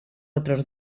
otros